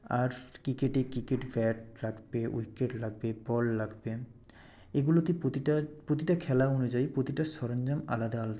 আর কিকেটে cricket bat লাগবে wicket লাগবে বল লাগবে এগুলোতে প্রতিটার প্রতিটা খেলা অনুযায়ী প্রতিটা সরঞ্জাম আলাদা আলাদা